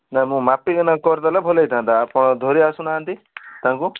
ନାଇଁ ମୁଁ ମାପି କିନା ଦେଲେ ଭଲ ହେଇଥାନ୍ତା ଆପଣ ଧରି ଆସୁନାହାନ୍ତି ତାଙ୍କୁ